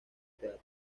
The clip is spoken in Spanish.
teatro